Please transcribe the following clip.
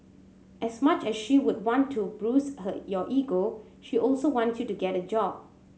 as much as she would want to bruise her your ego she also wants you to get a job